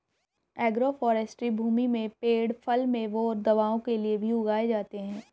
agroforestry भूमि में पेड़ फल, मेवों और दवाओं के लिए भी उगाए जाते है